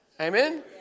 Amen